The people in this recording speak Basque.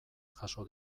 jaso